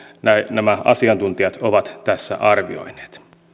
nämä asiantuntijat ovat tässä arvioineet